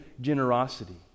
generosity